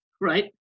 right